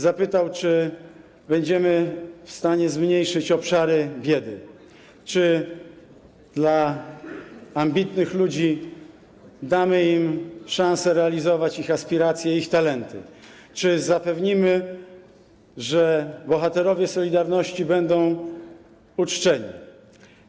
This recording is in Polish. Zapytał, czy będziemy w stanie zmniejszyć obszary biedy, czy ambitnym ludziom damy szansę realizować ich aspiracje, ich talenty, czy zapewnimy, że bohaterowie „Solidarności” będą uczczeni.